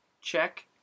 Check